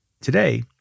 Today